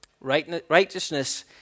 Righteousness